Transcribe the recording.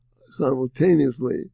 simultaneously